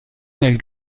nel